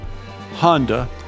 Honda